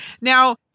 Now